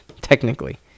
technically